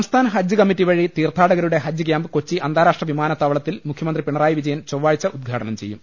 സംസ്ഥാന ഹജ്ജ് കമ്മിറ്റി വഴി തീർത്ഥാടകരുടെ ഹജ്ജ് ക്യാമ്പ് കൊച്ചി അന്താരാഷ്ട്ര വിമാനത്താവളത്തിൽ മുഖ്യമന്ത്രി പിണറായി വിജയൻ ചൊവ്വാഴ്ച ഉദ്ഘാടനം ചെയ്യും